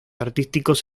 artísticos